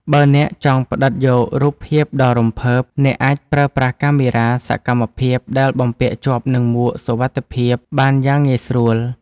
បើអ្នកចង់ផ្ដិតយករូបភាពដ៏រំភើប អ្នកអាចប្រើប្រាស់កាមេរ៉ាសកម្មភាពដែលបំពាក់ជាប់នឹងមួកសុវត្ថិភាពបានយ៉ាងងាយស្រួល។